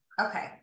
okay